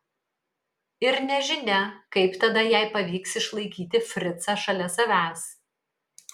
ir nežinia kaip tada jai pavyks išlaikyti fricą šalia savęs